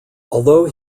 although